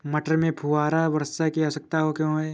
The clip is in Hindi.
मटर में फुहारा वर्षा की आवश्यकता क्यो है?